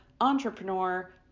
entrepreneur